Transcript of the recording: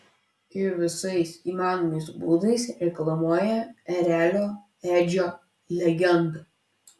ir visais įmanomais būdais reklamuoja erelio edžio legendą